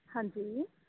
ਹਾਂਜੀ